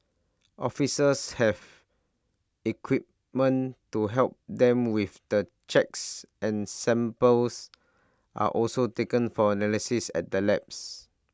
officers have equipment to help them with the checks and samples are also taken for analysis at the labs